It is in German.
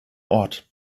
ort